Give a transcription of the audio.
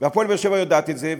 "הפועל באר-שבע" יודעת את זה,